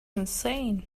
insane